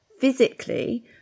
physically